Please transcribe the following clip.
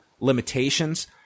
limitations